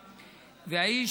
והאיש,